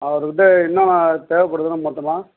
அவருக்கிட்ட என்னான்ன தேவைப்படுதோ நம்ம மொத்தமாக